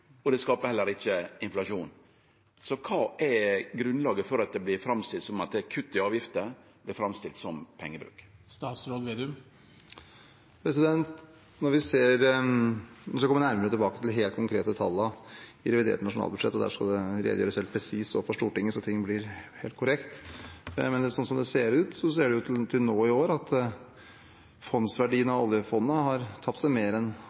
og det skapar heller ikkje inflasjon. Så kva er grunnlaget for at det å kutte i avgiftene vert framstilt som pengebruk? Vi skal komme nærmere tilbake til de helt konkrete tallene i revidert nasjonalbudsjett. Der skal det redegjøres helt presis overfor Stortinget, så ting blir helt korrekt. Men som det ser ut til nå i år, har fondsverdiene av oljefondet tapt seg mer enn